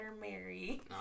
Mary